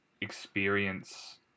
experience